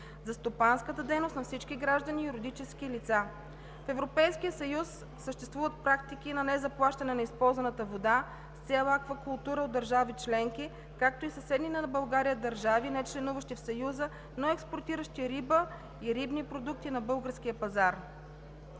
за стопанската дейност на всички граждани и юридически лица. В Европейския съюз съществуват практики на незаплащане на използваната вода с цел аквакултура от държави членки, както и съседни на България държави, нечленуващи в Съюза, но експортиращи риба и рибни продукти на българския пазар.